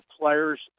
players